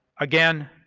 again,